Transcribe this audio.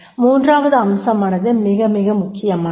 மூன்றாவது அம்சமானது மிக மிக முக்கியமானது